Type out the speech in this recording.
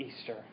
Easter